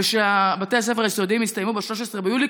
ושבתי הספר היסודיים יסתיימו ב-13 ביולי,